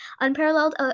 unparalleled